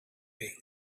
failure